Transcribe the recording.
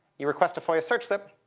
you request a foia search slip,